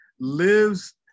Lives